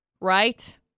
Right